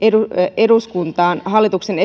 eduskuntaan hallituksen